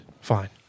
Fine